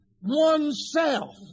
oneself